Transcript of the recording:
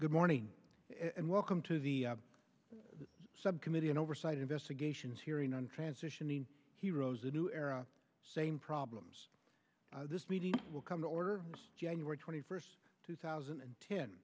good morning and welcome to the subcommittee on oversight investigations hearing on transitioning heroes a new era same problems this meeting will come to order january twenty first two thousand and ten